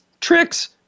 tricks